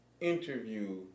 interview